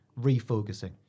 refocusing